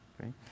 okay